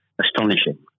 astonishing